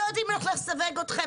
לא יודעים איך לסווג אתכם.